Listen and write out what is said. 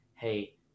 hey